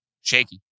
shaky